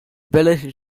ability